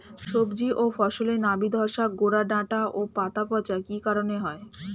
সবজি ও ফসলে নাবি ধসা গোরা ডাঁটা ও পাতা পচা কি কারণে হয়?